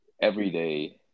everyday